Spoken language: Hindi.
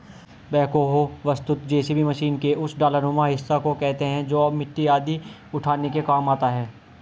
बेक्हो वस्तुतः जेसीबी मशीन के उस डालानुमा हिस्सा को कहते हैं जो मिट्टी आदि उठाने के काम आता है